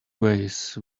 ways